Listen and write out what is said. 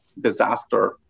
disaster